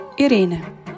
Irene